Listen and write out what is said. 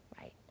Right